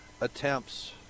attempts